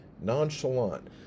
nonchalant